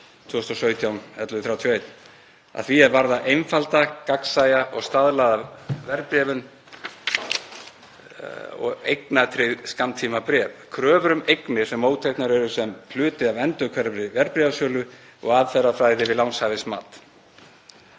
2017/1131 að því er varðar einfalda, gagnsæja og staðlaða verðbréfun og eignatryggð skammtímabréf, kröfur um eignir sem mótteknar eru sem hluti af endurhverfri verðbréfasölu og aðferðafræði við lánshæfismat.